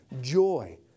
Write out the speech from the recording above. joy